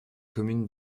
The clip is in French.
communes